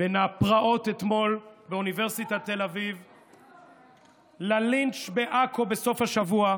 בין הפרעות אתמול באוניברסיטת תל אביב ללינץ' בעכו בסוף השבוע,